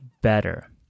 better